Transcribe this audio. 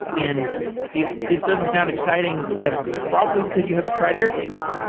and if this doesn't sound exciting, that's probably because you haven't tried airtable.